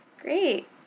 great